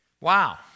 Wow